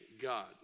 God